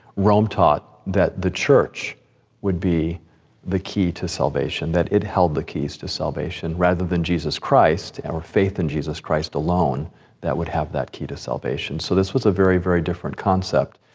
rome taught that the church would be the key to salvation, that it held the keys to salvation, rather than jesus christ, or faith in jesus christ, alone that would have that key to salvation. so this was a very, very different concept.